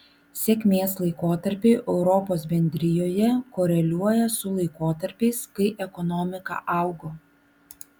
sėkmės laikotarpiai europos bendrijoje koreliuoja su laikotarpiais kai ekonomika augo